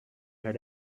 had